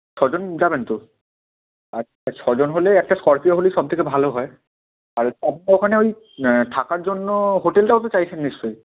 ছজন যাবেন তো আচ্ছা ছজন হলে একটা স্করপিও হলেই সবথেকে ভালো হয় আর অব ওখানে ওই থাকার জন্য হোটেলটাও তো চাইছেন নিশ্চয়ই